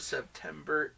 September